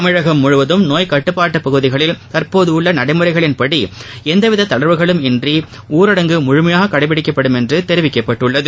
தமிழகம் முழுவதும் நோய் கட்டுப்பாட்டு பகுதிகளில் தற்போது உள்ள நடைமுறைகளின் படி எல்வித தளர்வுகளும் இன்றி ஊரடங்கு முழுமையாக கடைபிடிக்கப்படும் என்று தெரிவிக்கப்பட்டுள்ளது